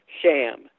sham